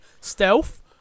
Stealth